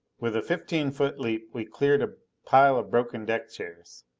with a fifteen foot leap we cleared a pile of broken deck chairs.